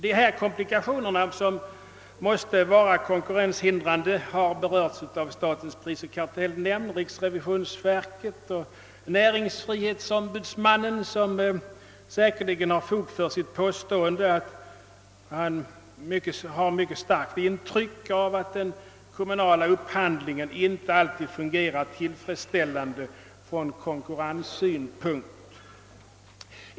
Denna komplikation, som måste vara konkurrenshindrande, har berörts av statens prisoch kartellnämnd, riksrevisionsverket och näringsfrihetsombudsmannen. Den senare har säkerligen fog för sitt påstående att han »har ett mycket starkt intryck av att det kommu nala upphandlingsförfarandet inte alltid fungerar tillfredsställande från konkurrenssynpunkt».